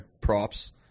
props